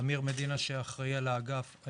אמיר מדינה שאחראי על האגף,